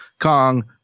Kong